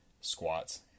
squats